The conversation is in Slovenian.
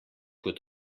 kot